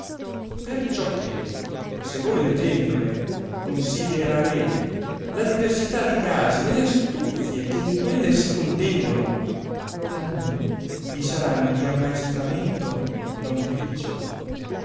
perciò che se voi leggendole considerarete la diversità di casi e le astuzie che in quelle si contengono almeno vi saranno di ammaestramento non picciolo